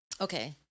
Okay